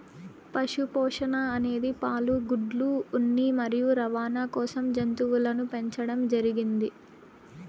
పశు పోషణ అనేది పాలు, గుడ్లు, ఉన్ని మరియు రవాణ కోసం జంతువులను పెంచండం జరిగింది